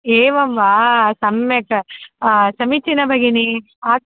एवं वा सम्यक् समीचीनं भगिनि